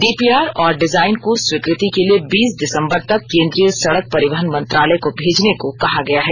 DPR और design को स्वीकृति के लिए बीस दिसंबर तक केंद्रीय सड़क परिवहन मंत्रालय को भेजने को कहा गया है